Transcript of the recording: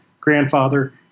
grandfather